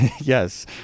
Yes